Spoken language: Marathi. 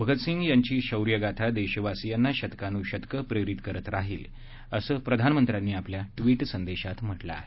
भगत सिंग यांची शौर्य गाथा देशवासियांना शतकानुशतकं प्रेरित करत राहील असं प्रधानमंत्र्यांनी आपल्या ट्वीट संदेशात म्हटलं आहे